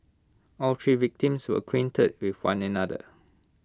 all three victims were acquainted with one another